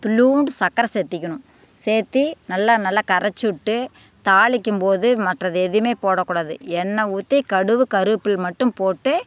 துள்ளூண்டு சக்கரை சேர்த்திக்கிணும் சேர்த்தி நல்லா நல்லா கரைச்சி விட்டு தாளிக்கும்போது மற்றது எதையுமே போட கூடாது எண்ணெய் ஊற்றி கடுகு கருவப்பில்லை மட்டும் போட்டு